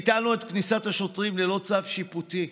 ביטלנו את כניסת השוטרים ללא צו שיפוטי,